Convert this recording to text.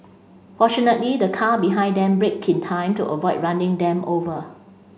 fortunately the car behind them braked in time to avoid running them over